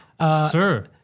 Sir